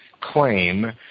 claim